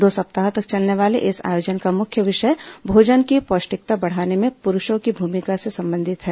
दो सप्ताह तक चलने वाले इस आयोजन का मुख्य विषय भोजन की पौष्टिकता बढ़ाने में पुरुषों की भूमिका से संबंधित है